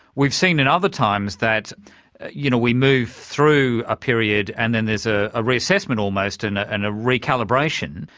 we've seen at and other times that you know, we move through a period and then there's ah a reassessment almost and ah a and a recalibration.